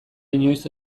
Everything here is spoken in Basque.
inoiz